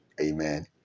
Amen